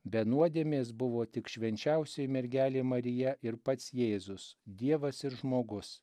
be nuodėmės buvo tik švenčiausioji mergelė marija ir pats jėzus dievas ir žmogus